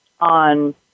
on